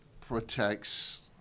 protects